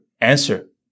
answer